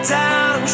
down